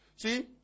See